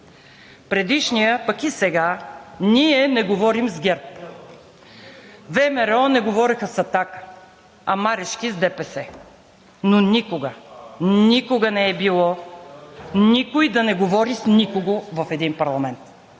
Предишният, пък и сега, ние не говорим с ГЕРБ, ВМРО не говореха с „Атака“, а Марешки с ДПС. Но никога, никога не е било никой да не говори с никого в един парламент.